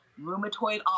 rheumatoid